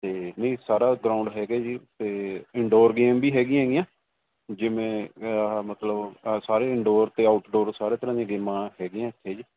ਅਤੇ ਇਹ ਸਾਰਾ ਗਰਾਊਂਡ ਹੈਗਾ ਜੀ ਅਤੇ ਇੰਡੋਰ ਗੇਮ ਵੀ ਹੈਗੀਆਂ ਹੈਗੀਆਂ ਜਿਵੇਂ ਆਹਾ ਮਤਲਬ ਸਾਰੇ ਇੰਡੋਰ ਅਤੇ ਆਊਟਡੋਰ ਸਾਰੇ ਤਰ੍ਹਾਂ ਦੀਆਂ ਗੇਮਾਂ ਹੈਗੀਆਂ ਇੱਥੇ ਜੀ